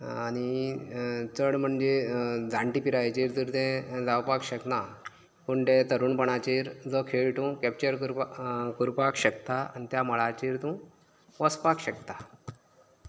आनी चड म्हणजे जाणटे पिरायेचेर जर तें जावपाक शकना पूण ते तरूणपणाचेर तो खेळ तूं कॅप्चर करपाक करपाक शकता आनी त्या मळाचेर तूं वचपाक शकता